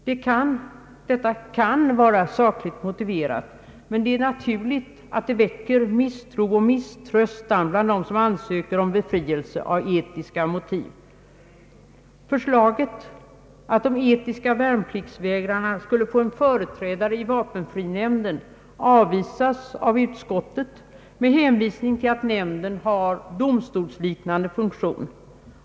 Detta kan vara sakligt motiverat, men det är naturligt att det väcker misstro och misströstan bland dem som ansöker om befrielse av etiska skäl. Förslaget, att de etiska värnpliktsvägrarna skulle få en företrädare i vapenfrinämnden, avvisas av utskottet med hänvisning till att nämnden har domstolsliknande funktion.